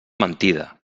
mentida